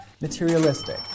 Materialistic